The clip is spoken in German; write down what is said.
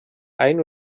eine